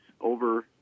over